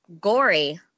gory